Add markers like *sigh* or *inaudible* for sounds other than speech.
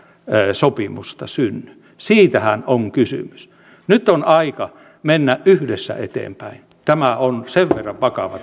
sopimusta synny siitähän on kysymys nyt on aika mennä yhdessä eteenpäin tämä on sen verran vakava *unintelligible*